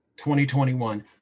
2021